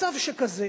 מצב שכזה.